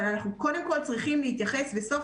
אבל אנחנו קודם כל צריכים להתייחס וסוף